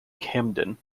camden